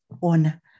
on